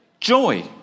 joy